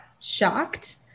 shocked